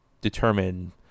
determine